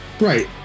Right